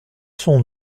son